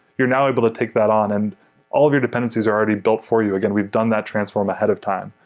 you're now able to take that on and all of your dependencies are already built for you. again, we've done that transform ahead of time.